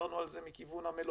ודיברנו על זה מכיוון המלונות,